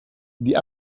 die